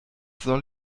soll